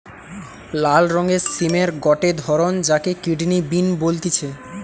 লাল রঙের সিমের গটে ধরণ যাকে কিডনি বিন বলতিছে